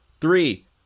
three